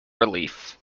relief